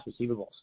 receivables